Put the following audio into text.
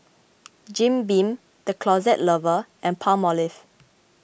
Jim Beam the Closet Lover and Palmolive